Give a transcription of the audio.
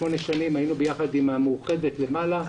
שמונה שנים, היינו ביחד עם המאוחדת למעלה.